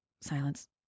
silence